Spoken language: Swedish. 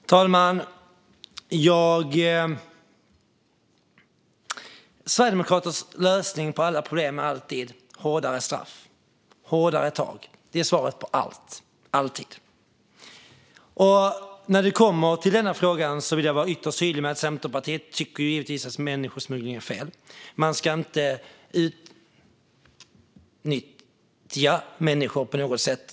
Fru talman! Sverigedemokraternas lösning på alla problem är alltid hårdare straff och hårdare tag. Det är svaret på allt alltid. När det kommer till denna fråga vill jag vara ytterst tydlig med att Centerpartiet givetvis tycker att människosmuggling är fel. Man ska inte utnyttja människor på något sätt.